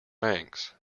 banks